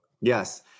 Yes